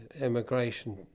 immigration